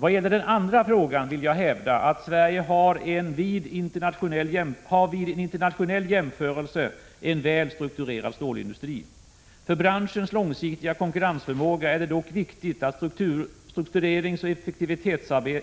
Vad gäller den andra frågan vill jag hävda att Sverige har en vid internationell jämförelse väl strukturerad stålindustri. För branschens långsiktiga konkurrensförmåga är det dock viktigt att struktureringsoch